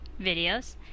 videos